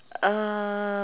err